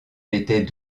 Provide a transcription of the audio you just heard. était